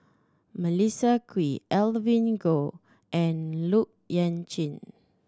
Melissa Kwee Evelyn Goh and Look Yan cheng